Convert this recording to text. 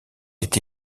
été